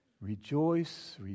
Rejoice